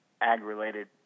ag-related